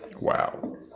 Wow